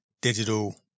digital